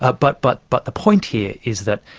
ah but but but the point here is that,